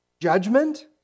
judgment